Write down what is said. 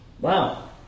Wow